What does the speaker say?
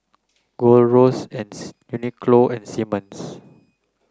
Gold Roast Uniqlo and Simmons